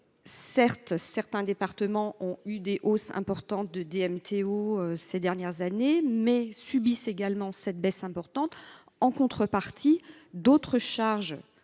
Certes, certains départements ont connu des hausses importantes de DMTO ces dernières années, mais ils subissent également une baisse importante aujourd’hui. En outre, les charges